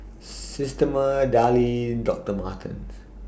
Systema Darlie Doctor Martens